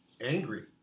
angry